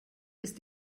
ist